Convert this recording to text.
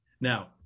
Now